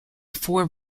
four